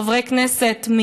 חברי כנסת,